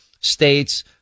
states